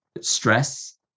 stress